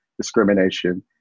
discrimination